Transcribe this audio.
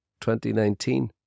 2019